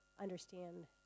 understand